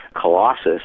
colossus